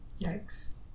Yikes